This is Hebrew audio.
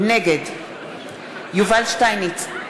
נגד יובל שטייניץ,